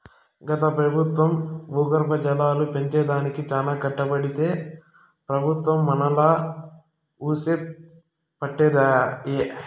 గత పెబుత్వం భూగర్భ జలాలు పెంచే దానికి చానా కట్టబడితే ఈ పెబుత్వం మనాలా వూసే పట్టదాయె